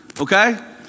Okay